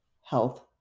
health